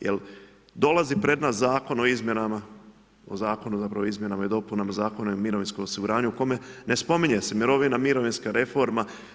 Jer dolazi pred nas Zakon o izmjenama o Zakonu zapravo o izmjenama i dopunama Zakona o mirovinskom osiguranju u kome ne spominje se mirovina, mirovinska reforma.